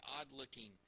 odd-looking